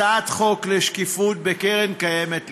הצעת חוק לשקיפות בקרן קיימת לישראל.